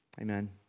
Amen